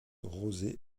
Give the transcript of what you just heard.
rosé